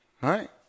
Right